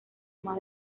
más